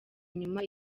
inyuma